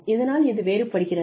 இதனால் இது வேறுபடுகிறது